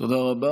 תודה רבה.